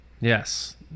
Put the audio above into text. Yes